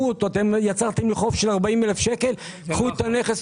אתם יצרתם לי חוב של 40,000 ₪; קחו את הנכס,